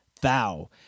Thou